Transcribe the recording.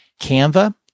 Canva